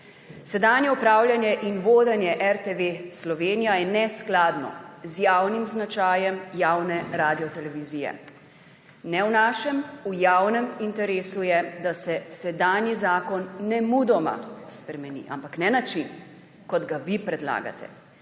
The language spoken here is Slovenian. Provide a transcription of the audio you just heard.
Sedanje upravljanje in vodenje RTV Slovenija je neskladno z javnim značajem javne radiotelevizije. Ne v našem, v javnem interesu je, da se sedanji zakon nemudoma spremeni, ampak ne na način, kot ga vi predlagate,